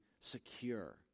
secure